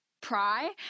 pry